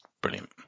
brilliant